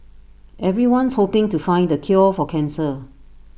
everyone's hoping to find the cure for cancer